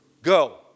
Go